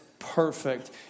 Perfect